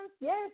Yes